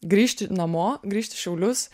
grįžti namo grįžt į šiaulius